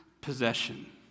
possession